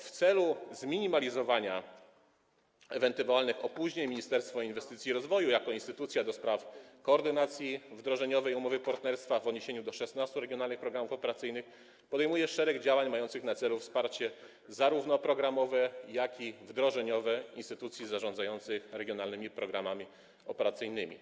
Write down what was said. W celu zminimalizowania ewentualnych opóźnień Ministerstwo Inwestycji i Rozwoju jako instytucja do spraw koordynacji wdrożeniowej umowy partnerstwa w odniesieniu do 16 regionalnych programów operacyjnych podejmuje szereg działań mających na celu wsparcie zarówno programowe, jak i wdrożeniowe instytucji zarządzających regionalnymi programami operacyjnymi.